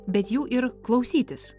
bet jų ir klausytis